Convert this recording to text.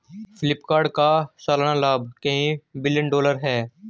फ्लिपकार्ट का सालाना लाभ कई बिलियन डॉलर है